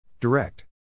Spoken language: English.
Direct